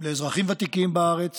לאזרחים ותיקים בארץ